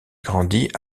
grandit